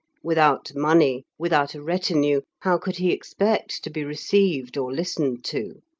without money, without a retinue, how could he expect to be received or listened to?